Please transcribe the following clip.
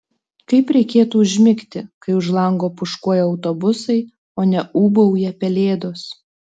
kaip reikėtų užmigti kai už lango pūškuoja autobusai o ne ūbauja pelėdos